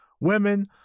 women